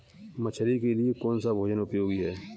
मछली के लिए कौन सा भोजन उपयोगी है?